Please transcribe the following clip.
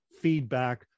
feedback